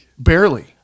Barely